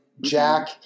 Jack